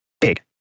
big